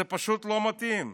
זה פשוט לא מתאים.